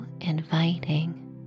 inviting